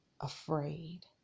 afraid